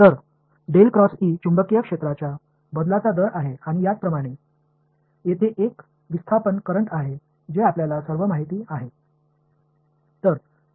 तर चुंबकीय क्षेत्राच्या बदलाचा दर आहे आणि याप्रमाणेच तेथे एक विस्थापन करंट आहे जे आपल्याला सर्व माहिती आहे